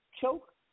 choke